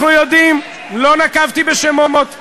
אבל אם נרצחים במקומות אחרים,